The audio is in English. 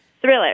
Thriller